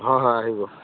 হয় হয় আহিব